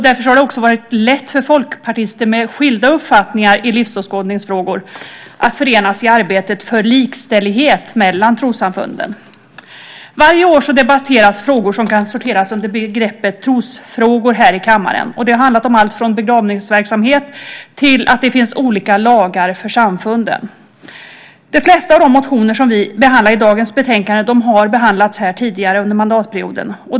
Därför har det också varit lätt för folkpartister med skilda uppfattningar i livsåskådningsfrågor att förenas i arbetet för likställighet mellan trossamfunden. Varje år debatteras frågor som kan sorteras under begreppet trosfrågor här i kammaren. Det har handlat om allt från begravningsverksamhet till att det finns olika lagar för samfunden. De flesta av de motioner som vi behandlar i dagens betänkande har behandlats tidigare under mandatperioden.